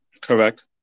Correct